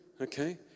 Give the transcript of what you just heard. okay